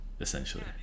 essentially